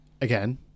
again